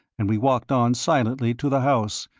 and we walked on silently to the house,